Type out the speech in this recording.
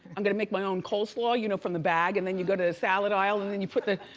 i'm gonna make my own coleslaw you know from the bag and then you go to the salad aisle and then you put the.